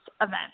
event